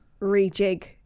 rejig